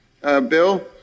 bill